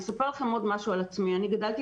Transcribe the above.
אני אספר לכם עוד משהו על עצמי: אני גדלתי